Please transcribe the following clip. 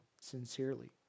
Sincerely